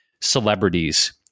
celebrities